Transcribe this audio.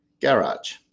garage